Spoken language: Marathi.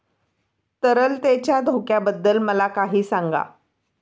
तरलतेच्या धोक्याबद्दल मला काही सांगा